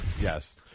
Yes